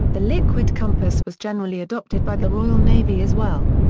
the liquid compass was generally adopted by the royal navy as well.